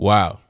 Wow